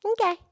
Okay